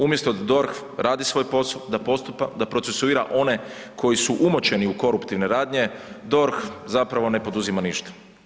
Umjesto da DORH radi svoj posao, da procesuira one koji su umočeni u koruptivne radnje, DORH zapravo ne poduzima ništa.